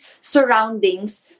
surroundings